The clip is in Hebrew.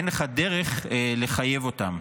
אין לך דרך לחייב אותם.